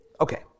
Okay